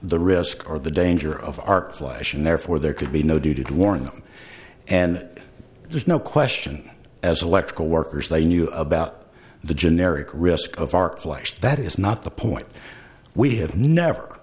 the risk or the danger of arc flash and therefore there could be no duty to warn them and there's no question as electrical workers they knew about the generic risk of arc light that is not the point we have never